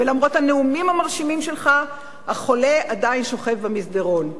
ולמרות הנאומים המרשימים שלך החולה עדיין שוכב במסדרון.